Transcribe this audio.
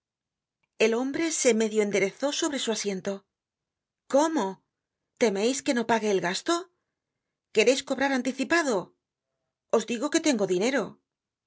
el hombre se medio enderezó sobre su asiento cómo temeis que no pague el gasto quereis cobrar anticipado os digo que tengo dinero